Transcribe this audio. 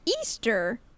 Easter